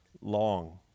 long